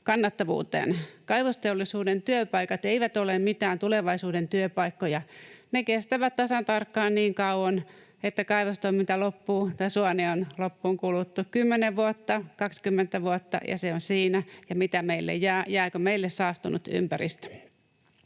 kannattavuuteen. Kaivosteollisuuden työpaikat eivät ole mitään tulevaisuuden työpaikkoja. Ne kestävät tasan tarkkaan niin kauan, että kaivostoiminta loppuu tai suoni on loppuun kaluttu: 10 vuotta, 20 vuotta, ja se on siinä. Ja mitä meille jää — jääkö meille saastunut ympäristö?